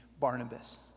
Barnabas